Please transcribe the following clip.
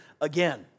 again